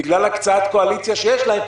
בגלל הקצאת קואליציה שיש להם,